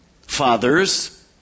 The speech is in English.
fathers